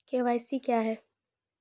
KYC क्या हैं?